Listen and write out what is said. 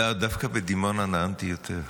דווקא בדימונה נאמתי יותר.